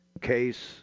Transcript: case